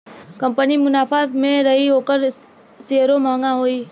company मुनाफा मे रही ओकर सेअरो म्हंगा रही